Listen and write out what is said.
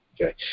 Okay